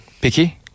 Picky